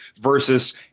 Versus